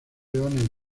leones